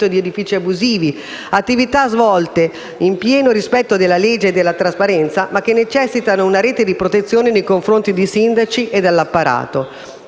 di edifici abusivi, attività svolte in pieno rispetto della legge e della trasparenza, ma che necessitano di una rete di protezione nei confronti dei sindaci e dell'apparato.